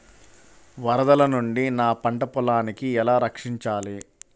వరదల నుండి నా పంట పొలాలని ఎలా రక్షించాలి?